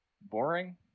boring